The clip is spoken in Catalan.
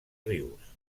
rius